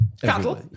Cattle